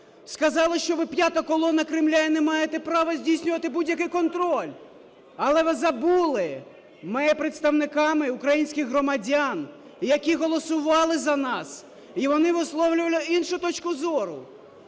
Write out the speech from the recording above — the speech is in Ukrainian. сказали, що "ви "п'ята колона" Кремля і не маєте права здійснювати будь-який контроль". Але ви забули: ми є представниками українських громадян, які голосували за нас, і вони висловлювали іншу точку зору.